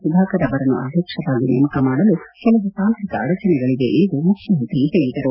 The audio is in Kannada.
ಸುಧಾಕರ್ ಅವರನ್ನು ಅಧ್ಯಕ್ಷರಾಗಿ ನೇಮಕ ಮಾಡಲು ಕೆಲವು ತಾಂತ್ರಿಕ ಅಡಚಣೆಗಳಿವೆ ಎಂದು ಮುಖ್ಯಮಂತ್ರಿ ಹೇಳಿದರು